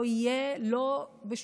לא תהיה,